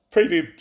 preview